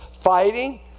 fighting